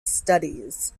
studies